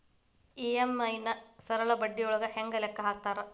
EMI ನ ಸರಳ ಬಡ್ಡಿಯೊಳಗ ಹೆಂಗ ಲೆಕ್ಕ ಹಾಕತಾರಾ